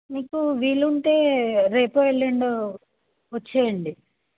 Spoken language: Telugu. మీకు వీలు ఉంటే రేపో ఎల్లుండో వచ్చేయండి